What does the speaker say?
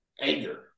anger